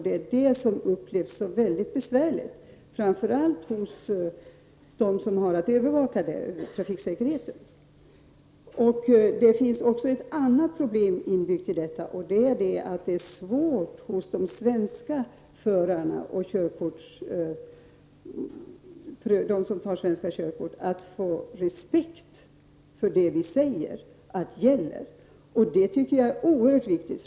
Det är det som upplevs som så besvärligt, framför allt hos dem som har att övervaka trafiksäkerheten. Det finns också ett annat problem inbyggt i detta. Det är svårt för dem som tar svenskt körkort att få respekt för att det som vi säger skall gälla. Jag tycker att detta är oerhört viktigt.